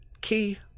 key